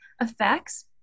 effects